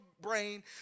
brain